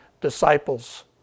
disciples